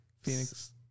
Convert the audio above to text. Phoenix